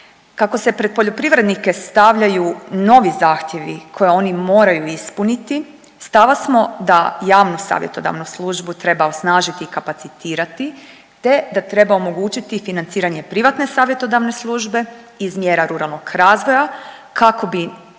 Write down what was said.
Kako se pred poljoprivrednike stavljaju novi zahtjevi koje oni moraju ispuniti stava smo da javnu savjetodavnu službu treba osnažiti i kapacitirati te da treba omogućiti i financiranje privatne savjetodavne službe iz mjera ruralnog razvoja kako bi